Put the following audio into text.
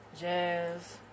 Jazz